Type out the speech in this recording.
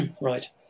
right